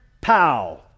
pow